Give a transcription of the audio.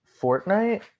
Fortnite